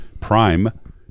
Prime